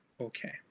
Okay